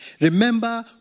Remember